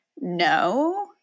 no